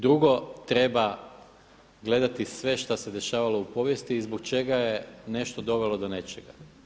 Drugo, treba gledati sve što se dešavalo u povijesti i zbog čega je nešto dovelo do nečega.